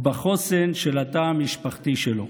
ובחוסן של התא המשפחתי שלו.